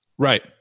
Right